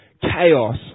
chaos